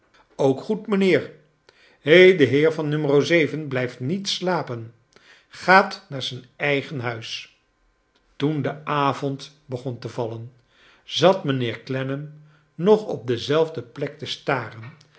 ook goed mijnheer i he de heer van no blijft niet slapen gaat naar zijn eigen huis toen de avond begon te vallen zat mijnheer clennam nog op dezelfde plek te staren